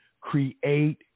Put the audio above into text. create